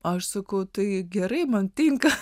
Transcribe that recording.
aš sakau tai gerai man tinka